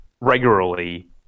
regularly